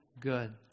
good